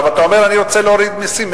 אומרים שרוצים להוריד מסים,